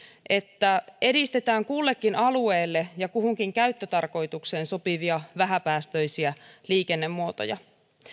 että edistetään kullekin alueelle ja kuhunkin käyttötarkoitukseen sopivia vähäpäästöisiä liikennemuotoja